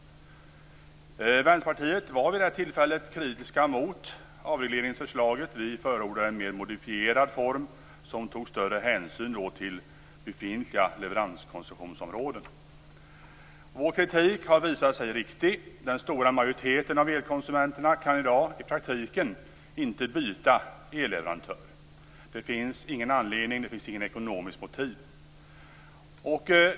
Vänsterpartiet var vid det tillfället kritiskt mot avregleringsförslaget. Vi förordade en mer modifierad form, som tog större hänsyn till befintliga leveranskoncessionsområden. Vår kritik har visat sig riktig. Den stora majoriteten av elkonsumenterna kan i dag i praktiken inte byta elleverantör. Det finns ingen anledning och inga ekonomiska motiv.